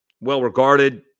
well-regarded